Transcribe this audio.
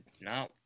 No